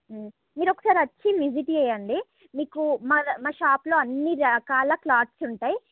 మీరు ఒకసారి వచ్చి విజిట్ చేయండి మీకు మా షాప్ లో అన్ని రకాల క్లాత్స్ ఉంటాయి